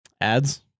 Ads